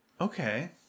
Okay